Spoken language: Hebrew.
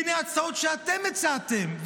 הינה ההצעות שאתם הצעתם,